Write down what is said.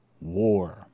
war